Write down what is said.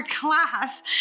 class